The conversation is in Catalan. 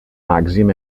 màxim